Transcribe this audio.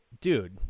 dude